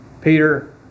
Peter